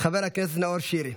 חבר הכנסת נאור שירי,